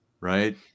Right